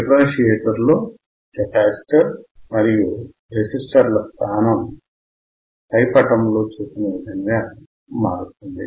డిఫరెన్సియేటర్లో capacitor మరియు రెసిస్టర్ల స్థానం పటములో చూపిన విధంగా మారుతుంది